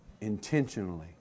intentionally